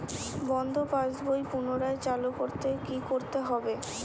বন্ধ পাশ বই পুনরায় চালু করতে কি করতে হবে?